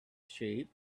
sheep